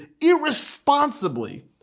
irresponsibly